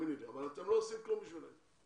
אבל אתם לא עושים כלום עבורם.